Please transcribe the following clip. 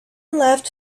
left